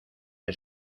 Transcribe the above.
que